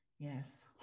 Yes